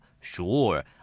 Sure